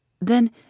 Then